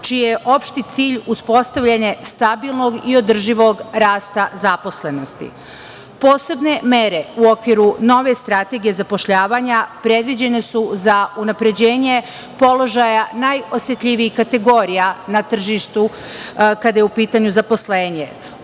čiji je opšti cilj uspostavljanje stabilnog i održivog rasta zaposlenosti. Posebne mere u okviru nove strategije zapošljavanja predviđene su za unapređenje položaja najosetljivijih kategorija na tržištu kada je u pitanju zaposlenje,